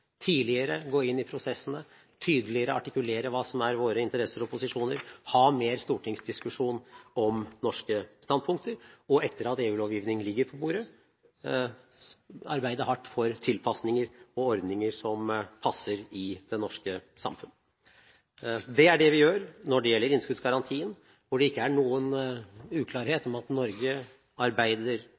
tidligere gå inn i prosessene, tydeligere artikulere hva som er våre interesser og posisjoner, og ha mer stortingsdiskusjon om norske standpunkter. Og etter at EU-lovgivning ligger på bordet, gjelder det å arbeide hardt for tilpasninger og ordninger som passer i det norske samfunnet. Det er det vi gjør når det gjelder innskuddsgarantien, hvor det ikke er noen uklarhet om at Norge arbeider